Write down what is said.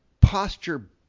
posture